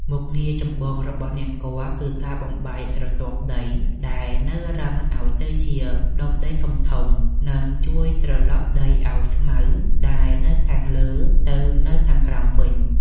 មុខងារចម្បងរបស់នង្គ័លគឺការបំបែកស្រទាប់ដីដែលរឹងឱ្យទៅជាដុំដីធំៗ និងជួយត្រឡប់ដីឱ្យស្មៅដែលនៅខាងលើទៅនៅខាងក្រោមវិញ។